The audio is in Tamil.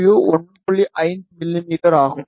5 மிமீ ஆகும்